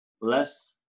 less